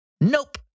nope